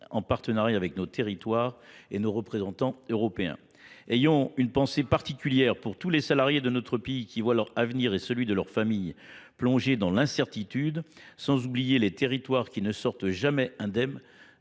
en partenariat avec nos territoires et nos représentants européens. Ayons une pensée particulière pour tous les salariés de notre pays qui voient leur avenir et celui de leurs familles. plonger dans l'incertitude sans oublier les territoires qui ne sortent jamais indemne